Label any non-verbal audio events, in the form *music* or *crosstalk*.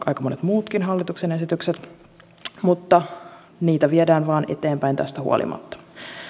*unintelligible* aika monet muutkin hallituksen esitykset mutta niitä viedään vain eteenpäin tästä huolimatta